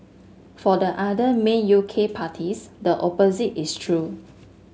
for the other main U K parties the opposite is true